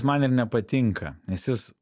man ir nepatinka nes jis